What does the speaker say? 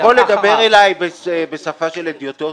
אדוני, אתה יכול לדבר אליי בשפה של הדיוטות?